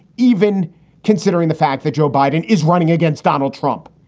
even considering the fact that joe biden is running against donald trump.